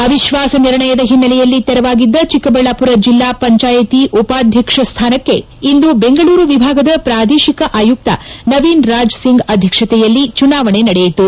ಅವಿಶ್ವಾಸ ನಿರ್ಣಯದ ಹಿನ್ನೆಲೆಯಲ್ಲಿ ತೆರವಾಗಿದ್ದ ಚಿಕ್ಕಬಳ್ಳಾಪುರ ಜಿಲ್ಲಾ ಪಂಚಾಯತಿ ಉಪಾಧ್ಯಕ್ಷ ಸ್ಥಾನಕ್ಷೆ ಇಂದು ಬೆಂಗಳೂರು ವಿಭಾಗದ ಪ್ರಾದೇಶಿಕ ಆಯುಕ್ತ ನವೀನ್ ರಾಜ್ ಸಿಂಗ್ ಅಧ್ಯಕ್ಷತೆಯಲ್ಲಿ ಚುನಾವಣೆ ನಡೆಯಿತು